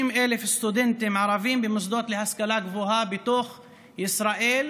50,000 סטודנטים ערבים במוסדות להשכלה גבוהה בתוך ישראל,